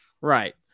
Right